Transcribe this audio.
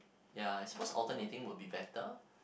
ya I suppose alternating would be better